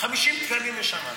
50 תקנים לשנה.